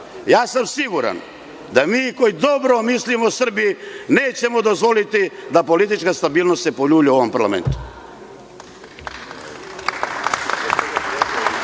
Ja sam siguran da mi koji dobro mislimo o Srbiji nećemo dozvoliti da politička stabilnost se poljulja u ovom parlamentu. Politička